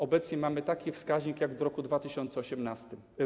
Obecnie mamy taki wskaźnik jak w roku 2008.